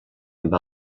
amb